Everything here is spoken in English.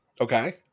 Okay